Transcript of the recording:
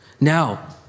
Now